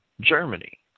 Germany